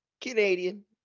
Canadian